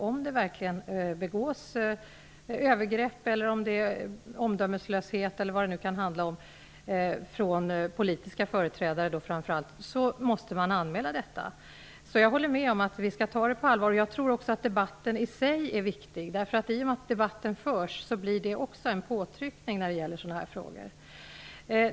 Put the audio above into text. Om det verkligen begås övergrepp eller om det handlar om omdömeslöshet från framför allt politiska företrädare, måste man anmäla detta. Jag håller med om att man skall ta detta på allvar. Jag tror också att debatten i sig är viktig. I och med att debatten förs blir det en påtryckning.